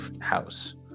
house